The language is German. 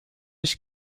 ich